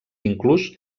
inclús